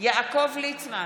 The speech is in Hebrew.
יעקב ליצמן,